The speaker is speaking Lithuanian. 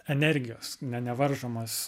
energijos ne nevaržomas